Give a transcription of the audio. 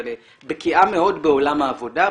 ואני בקיאה מאוד בעולם העבודה,